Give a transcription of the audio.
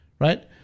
right